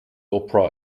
opera